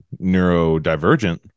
neurodivergent